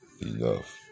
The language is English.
enough